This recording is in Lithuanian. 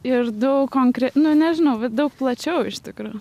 ir daug konkre nu nežinau daug plačiau iš tikro